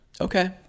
Okay